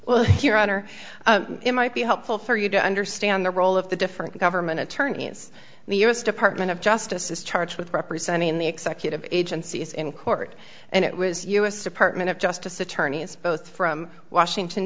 well your honor it might be helpful for you to understand the role of the different government attorneys in the u s department of justice is charged with representing the executive agencies in court and it was u s department of justice attorneys both from washington